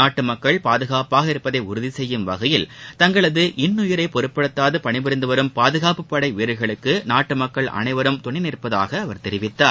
நாட்டு மக்கள் பாதுகாப்பாக இருப்பதை உறுதி செய்யும் வகையில் தங்களது இன்னுயிரைப் பொருட்படுத்தாது பணிபுரிந்து வரும் பாதுகாப்புப் படை வீரர்களுக்கு நாட்டு மக்கள் அனைவரும் துணை நிற்பதாக அவர் தெரிவித்தார்